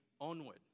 onward